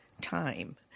time